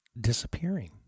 disappearing